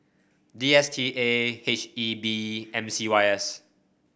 D S T A H E B M C Y S